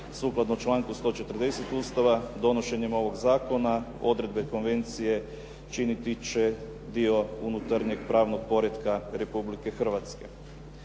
a sukladno članku 140. Ustava donošenjem ovog zakona odredbe konvencije činiti će dio unutarnjeg pravnog poretka Republike Hrvatske.